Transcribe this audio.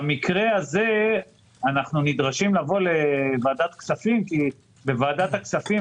במקרה הזה אנחנו נדרשים לבוא לוועדת הכספים כי בפרוטוקול ועדת הכספים